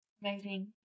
Amazing